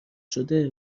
شده